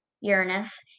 Uranus